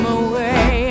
away